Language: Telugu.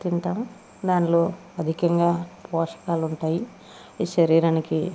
తింటాము దానిలో అధికంగా పోషకాలు ఉంటాయి అయి శరీరానికి